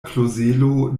klozelo